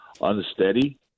unsteady